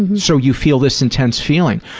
and so you feel this intense feeling.